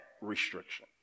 restriction